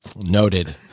Noted